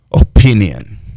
opinion